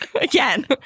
Again